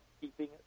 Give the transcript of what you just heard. Keeping